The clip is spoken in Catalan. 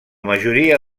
majoria